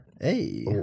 Hey